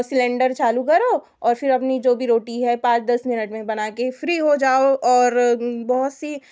cylinder चालू करो और फिर अपनी जो भी रोटी है पाँच दस मिनट में बना कर फ़्री हो जाओ और बहुत सी